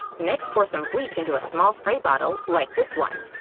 next, pour some bleach into a small spray bottle like this one.